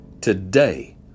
today